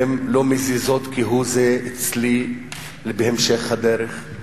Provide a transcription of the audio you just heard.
הן לא מזיזות כהוא-זה אצלי בהמשך הדרך.